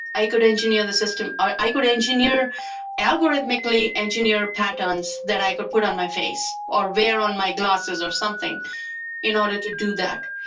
i could engineer the system, or i could engineer algorithmically engineer patterns that i could put on my face or wear on my glasses or something in order to do that,